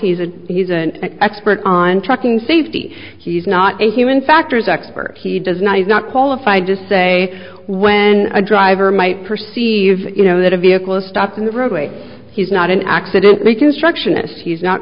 he's a he's an expert on trucking safety he's not a human factors expert he does not he's not qualified to say when a driver might perceive you know that a vehicle stopped on the roadway he's not an accident reconstructionist he's not